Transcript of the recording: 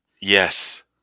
yes